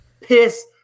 piss